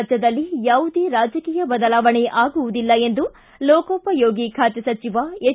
ರಾಜ್ಯದಲ್ಲಿ ಯಾವುದೇ ರಾಜಕೀಯ ಬದಲಾವಣೆ ಆಗುವುದಿಲ್ಲ ಎಂದು ಲೋಕೋಪಯೋಗಿ ಖಾತೆ ಸಚಿವ ಎಚ್